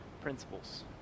principles